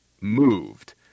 moved